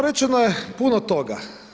Rečeno je puno toga.